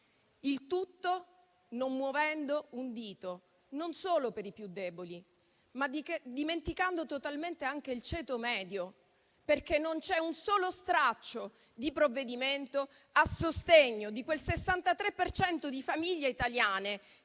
Il tutto non muovendo un dito, non solo per i più deboli, ma dimenticando totalmente anche il ceto medio, perché non c'è un solo straccio di provvedimento a sostegno di quel 63 per cento di famiglie italiane